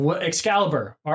Excalibur